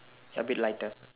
a bit lighter